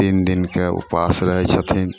तीन दिनके उपास रहै छथिन